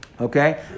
Okay